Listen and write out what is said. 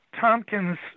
Tompkins